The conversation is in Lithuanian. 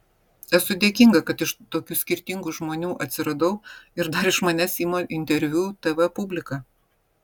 esu dėkinga kad iš tokių skirtingų žmonių atsiradau ir dar iš manęs ima interviu tv publika